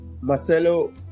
marcelo